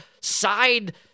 side